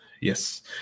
Yes